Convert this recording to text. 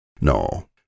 No